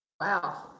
Wow